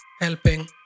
helping